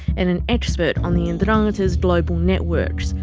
and an expert on the ndrangheta's global networks,